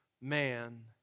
man